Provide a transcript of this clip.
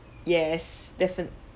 yes definite~